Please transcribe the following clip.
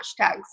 hashtags